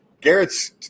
Garrett's